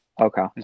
Okay